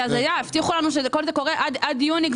הבטיחו לנו שכל זה קורה עד יוני.